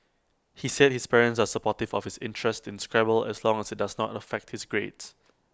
he said his parents are supportive of his interest in Scrabble as long as IT does not affect his grades